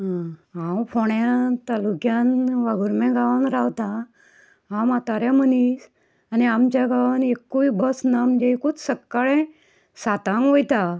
हांव फोंड्या तालुक्यान वागुर्म्यां गांवांत रावतां आ हांव म्हातारें मनीस आनी आमच्या गांवान एकूय बस ना म्हणजे एकूच सक्काळीं सातांक वयता